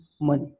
money